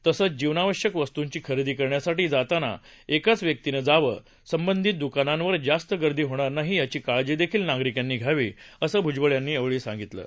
तसंच जीवनावश्यक वस्तूंची खरेदी करण्यासाठी जाताना एकाच व्यक्तिनं जावं संबंधित द्कानांवर जास्त गर्दी होणार नाही याची काळजी देखील नागरिकांनी घ्यावी असं भ्जबळ यांनी सांगितलं आहे